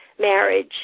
marriage